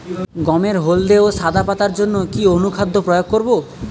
গমের হলদে ও সাদা পাতার জন্য কি অনুখাদ্য প্রয়োগ করব?